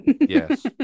Yes